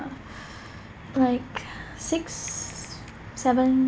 like six seven